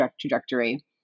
trajectory